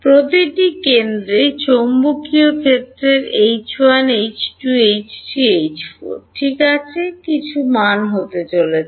প্রতিটি কেন্দ্রে চৌম্বকীয় ক্ষেত্রের H1 H2 H3 H4 ঠিক আছে কিছু মান হতে চলেছে